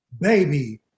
Baby